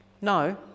no